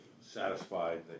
satisfied